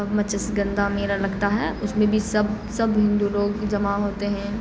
مچس گنگا میلا لگتا ہے اس میں بھی سب سب ہندو لوگ جمع ہوتے ہیں